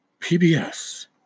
PBS